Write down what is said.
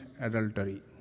adultery